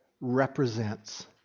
represents